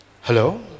Hello